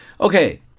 Okay